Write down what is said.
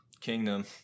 kingdom